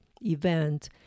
event